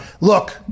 Look